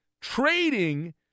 trading